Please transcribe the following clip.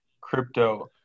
crypto